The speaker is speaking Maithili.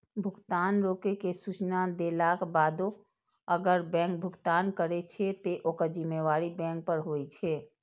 भुगतान रोकै के सूचना देलाक बादो अगर बैंक भुगतान करै छै, ते ओकर जिम्मेदारी बैंक पर होइ छै